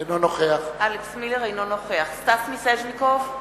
אינו נוכח סטס מיסז'ניקוב,